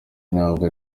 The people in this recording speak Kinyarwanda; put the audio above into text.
ntabwo